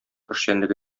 эшчәнлеге